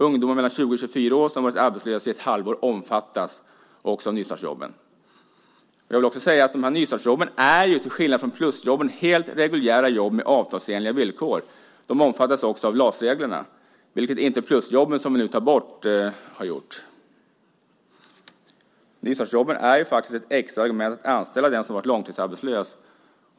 Ungdomar mellan 20 och 24 år som har varit arbetslösa i ett halvår omfattas också av nystartsjobben. Jag vill också säga att nystartsjobben till skillnad från plusjobben är helt reguljära jobb med avtalsenliga villkor. De omfattas också av reglerna i LAS, vilket inte plusjobben, som vi nu tar bort, har gjort. Nystartsjobben är faktiskt ett extra argument att anställa den som har varit långtidsarbetslös.